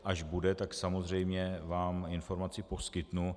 Až bude, tak samozřejmě vám informaci poskytnu.